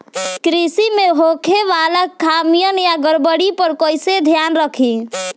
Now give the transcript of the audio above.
कृषि में होखे वाला खामियन या गड़बड़ी पर कइसे ध्यान रखि?